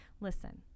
listen